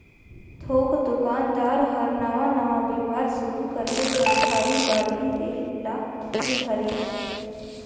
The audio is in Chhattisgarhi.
थोक दोकानदार हर नावा नावा बेपार सुरू करबे त उधारी बाड़ही देह ल नी धरे